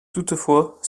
toutefois